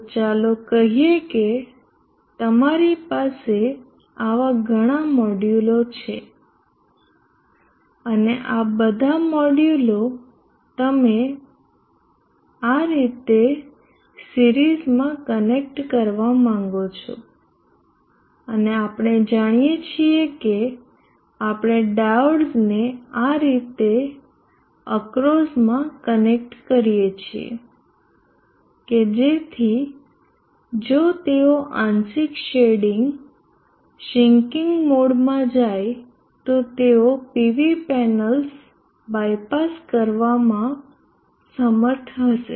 તો ચાલો કહીએ કે તમારી પાસે આવા ઘણા મોડ્યુલો છે અને આ બધા મોડ્યુલો તમે આ રીત શ્સિરીઝમાં કનેક્ટ કરવા માંગો છો અને આપણે જાણીએ છીએ કે આપણે ડાયોડ્સને આ રીતે અક્રોસમાં કનેક્ટ કરીએ છીએ કે જેથી જો તેઓ આંશિક શેડિંગ સિંકિંગ મોડમાં જાય તો તેઓ PV પેનલ્સ બાયપાસ કરવામાં સમર્થ હશે